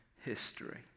history